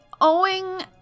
owing